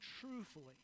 truthfully